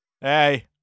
Hey